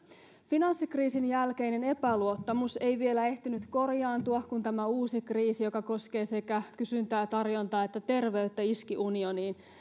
finanssikriisin jälkeinen epäluottamus ei vielä ehtinyt korjaantua kun tämä uusi kriisi joka koskee sekä kysyntää tarjontaa että terveyttä iski unioniin